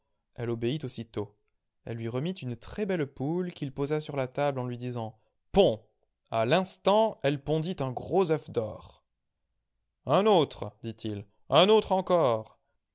elle obéit aussitôt elle lui remit une très-belle poule qu'il posa sur la table en lui disant ponds a l'instant elle pondit un gros œuf d'or un autre dit-il un autre encore